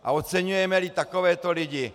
A oceňujeme i takové lidi.